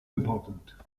important